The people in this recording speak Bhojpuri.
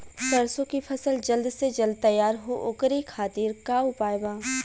सरसो के फसल जल्द से जल्द तैयार हो ओकरे खातीर का उपाय बा?